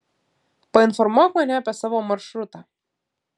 painformuok mane apie savo maršrutą